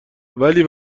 ولی